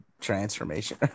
transformation